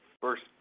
first